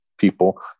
people